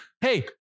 hey